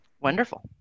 Wonderful